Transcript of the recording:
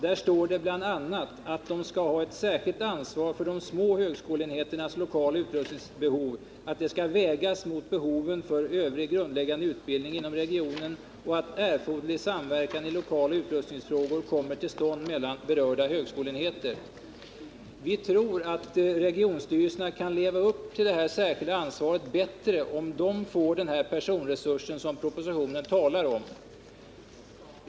Där står det bl.a. att de skall ha ett särskilt ansvar för de små högskoleenheternas lokaloch utrustningsbehov, att det skall vägas mot behoven för övrig grundläggande utbildning inom regionen och att erforderlig samverkan i lokaloch utrustningsfrågor kommer till stånd mellan berörda högskoleenheter. Vi tror att regionstyrelserna kan leva upp till detta särskilda ansvar bättre om de får den personresurs som propositionen talar om.